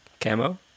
camo